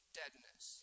deadness